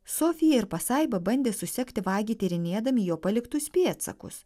sofija ir pasaiba bandė susekti vagį tyrinėdami jo paliktus pėdsakus